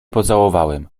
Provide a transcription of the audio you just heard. pocałowałem